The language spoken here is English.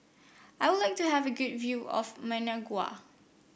I would like to have a good view of Managua